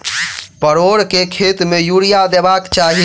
परोर केँ खेत मे यूरिया देबाक चही?